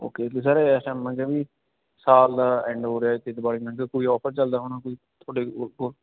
okay ਅਤੇ sir ਇਸ time ਮੈਂ ਕਿਹਾ ਵੀ ਸਾਲ ਦਾ ਐਂਡ ਹੋ ਰਿਹਾ ਅਤੇ ਦੀਵਾਲੀ ਲੰਘੀ ਕੋਈ ਔਫਰ ਚੱਲਦਾ ਹੋਣਾ ਕੋਈ ਤੁਹਾਡੇ ਕੋਲ